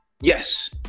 Yes